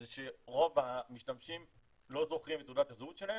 זה שרוב המשתמשים לא זוכרים את הסיסמה שלהם